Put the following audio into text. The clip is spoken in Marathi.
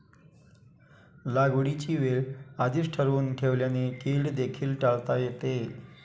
लागवडीची वेळ आधीच ठरवून ठेवल्याने कीड देखील टाळता येते